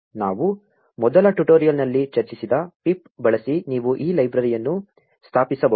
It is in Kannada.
ನಾವು ಮೊದಲ ಟ್ಯುಟೋರಿಯಲ್ ನಲ್ಲಿ ಚರ್ಚಿಸಿದ ಪಿಪ್ ಬಳಸಿ ನೀವು ಈ ಲೈಬ್ರರಿಯನ್ನು ಸ್ಥಾಪಿಸಬಹುದು